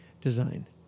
design